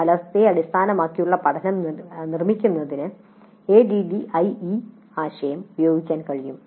ഫലത്തെ അടിസ്ഥാനമാക്കിയുള്ള പഠനം നിർമ്മിക്കുന്നതിന് ADDIE ആശയം പ്രയോഗിക്കാൻ കഴിയും